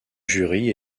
jury